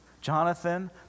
Jonathan